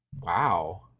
Wow